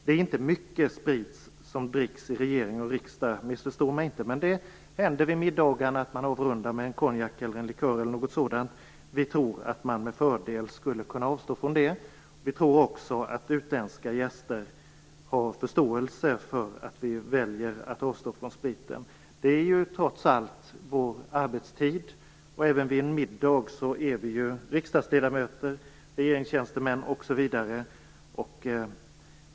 Det är inte mycket sprit som dricks i regering och riksdag - missförstå mig inte. Men det händer vid middagarna att man avrundar med en konjak, en likör eller någonting sådant. Vi tror att man med fördel skulle kunna avstå från det. Vi tror också att utländska gäster har förståelse för att vi väljer att avstå från spriten. Det är ju trots allt vår arbetstid. Även vid en middag är vi riksdagsledamöter, regeringstjänstemän, osv.